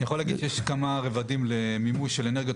אני יכול להגיד שיש כמה רבדים למימוש של אנרגיות